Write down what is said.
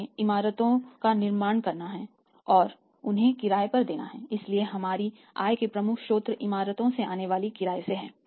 हमें इमारतों का निर्माण करना है और उन्हें किराए पर देना है इसलिए हमारी आय का प्रमुख स्रोत इमारतों से आने वाले किराए से है